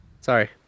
Sorry